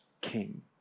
king